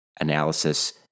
analysis